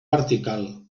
vertical